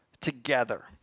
together